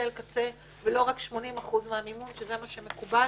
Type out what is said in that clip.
לקצה ולא רק 80% מהמימון שזה מה שמקובל.